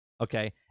okay